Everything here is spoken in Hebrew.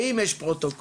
האם יש פרוטוקולים?